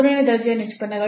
ಮೂರನೇ ದರ್ಜೆಯ ನಿಷ್ಪನ್ನಗಳು